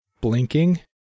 blinking